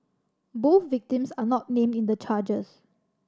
both victims are not named in the charges